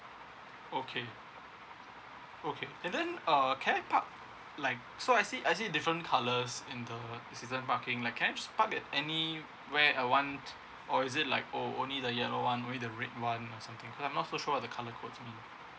okay okay and then uh can I park like so I see I see different colours in the season parking like can I park at any where I want or is it like oh only the yellow one only the red one or something I'm not so sure what the colour code it means